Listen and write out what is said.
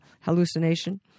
hallucination